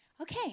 Okay